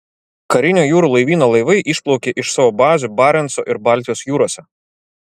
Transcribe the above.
karinio jūrų laivyno laivai išplaukė iš savo bazių barenco ir baltijos jūrose